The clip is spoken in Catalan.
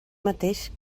mateix